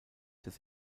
des